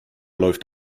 läuft